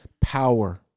power